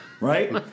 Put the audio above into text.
Right